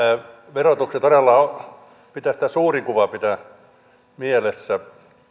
verotuksessa todella pitäisi tämä suuri kuva pitää mielessä